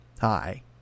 Hi